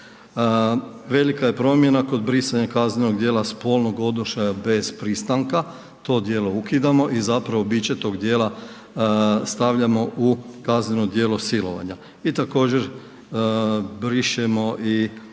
Velika je promjena kod brisanja kaznenog djela spolnog odnošaja bez pristanka, to djelo ukidamo i zapravo biće tog djela stavljamo u kazneno djelo silovanja. I također, brišemo i